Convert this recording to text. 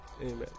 amen